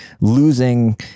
losing